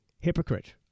hypocrite